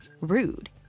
rude